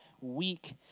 week